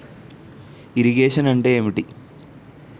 Irrigation అంటే ఏంటీ?